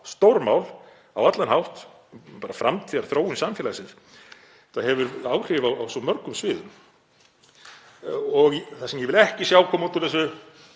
stórmál — á allan hátt, bara framtíðarþróun samfélagsins. Þetta hefur áhrif á svo mörgum sviðum. Það sem ég vil ekki sjá koma út úr þessu